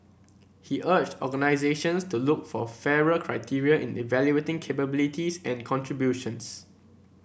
he urged organisations to look for fairer criteria in evaluating capabilities and contributions